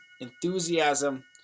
enthusiasm